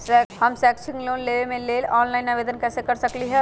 हम शैक्षिक लोन लेबे लेल ऑनलाइन आवेदन कैसे कर सकली ह?